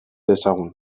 dezagun